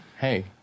Hey